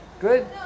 Good